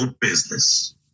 business